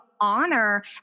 honor